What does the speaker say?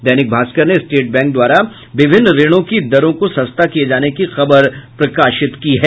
दैनिक भास्कर ने State Bank द्वारा विभिन्न ऋण की दरों को सस्ता किये जाने की खबर प्रकाशित की है